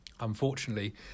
Unfortunately